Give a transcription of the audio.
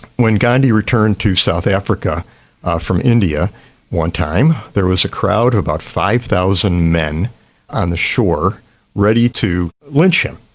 when gandhi returned to south africa from india one time, there was a crowd of about five thousand men on the shore ready to lynch him.